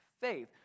faith